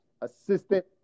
assistant